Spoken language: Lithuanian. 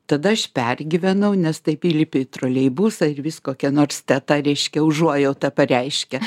tada aš pergyvenau nes taip įlipi į troleibusą ir vis kokia nors teta reiškia užuojautą pareiškia